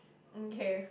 um okay